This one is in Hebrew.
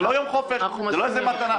זה לא יום חופש, זה לא איזה מתנה.